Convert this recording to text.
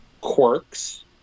quirks